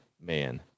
man